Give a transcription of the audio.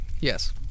Yes